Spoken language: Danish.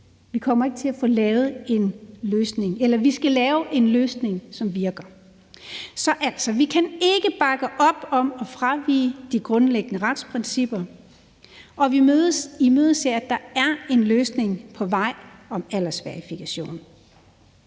det kommer jo ikke til at ske. Vi skal lave en løsning, som virker. Så vi kan altså ikke bakke op om at fravige de grundlæggende retsprincipper, og vi imødeser, at der er en løsning på vej om aldersverifikation.